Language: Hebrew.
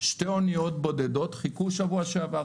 שתי אוניות בודדות חיכו בשבוע שעבר.